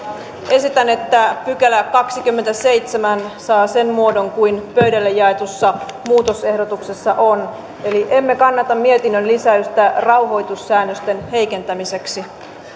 esitän että kahdeskymmenesseitsemäs pykälä saa sen muodon kuin pöydille jaetussa muutosehdotuksessa on eli emme kannata mietinnön lisäystä rauhoitussäännösten heikentämiseksi